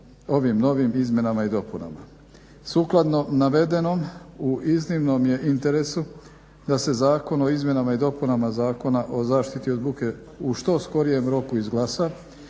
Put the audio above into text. ovim novim izmjenama i dopunama. Sukladno navedenom u iznimnom je interesu da se Zakon o izmjenama i dopunama Zakona o zaštiti od buke u što skorijem roku izglasa